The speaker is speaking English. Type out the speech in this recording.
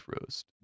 roast